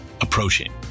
approaching